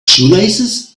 shoelaces